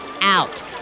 out